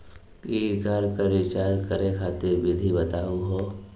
Credit card क recharge करै खातिर विधि बताहु हो?